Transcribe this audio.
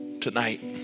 Tonight